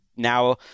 now